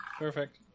Perfect